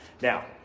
Now